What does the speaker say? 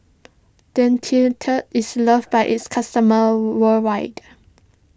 Dentiste is loved by its customers worldwide